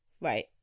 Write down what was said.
Right